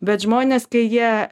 bet žmonės kai jie